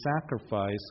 sacrifice